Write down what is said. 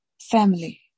family